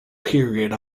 period